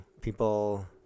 people